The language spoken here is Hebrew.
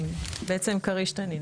בעצם כריש-תנין,